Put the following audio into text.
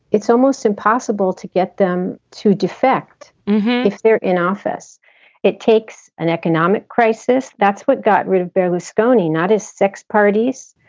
it's almost impossible to get them to defect if they're in office it takes an economic crisis. that's what got rid of berlusconi, not his sex parties,